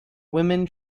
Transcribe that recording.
women